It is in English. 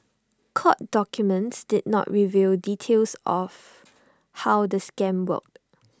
court documents did not reveal details of how the scam worked